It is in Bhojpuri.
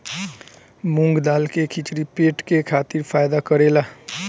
मूंग दाल के खिचड़ी पेट खातिर फायदा करेला